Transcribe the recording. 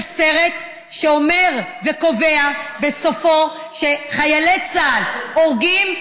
סרט שאומר וקובע בסופו שחיילי צה"ל הורגים,